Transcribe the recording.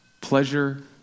pleasure